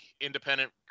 independent